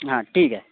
हां ठीक आहे